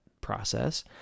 process